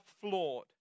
flawed